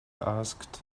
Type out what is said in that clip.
asked